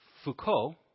Foucault